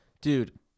Dude